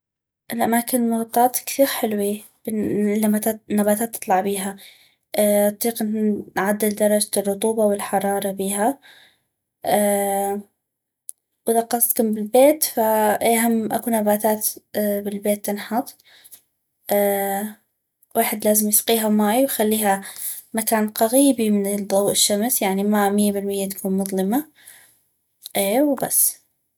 الاماكن المغطات كثيغ حلوي النباتات تطلع بيها نطيق نعدل درجة الرطوبة والحرارة بيها واذا قصدكم بالبيت ف اي هم اكو نباتات بالبيت هم تنحط ويحد لازم يسقيها ماي ويخليها بمكان قغيبي من الضوء الشمس يعني ما مي بالمي تكون مظلمة اي وبس